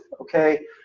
okay